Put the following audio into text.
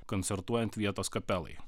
koncertuojant vietos kapelai